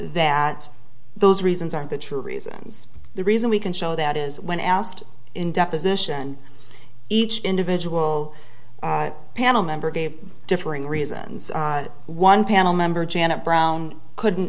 that those reasons are the true reasons the reason we can show that is when asked in deposition each individual panel member gave differing reasons one panel member janet brown couldn't